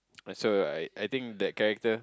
and so right I think that character